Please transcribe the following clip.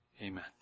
Amen